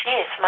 Yes